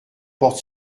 porte